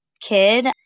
kid